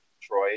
Troy